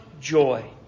joy